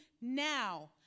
Now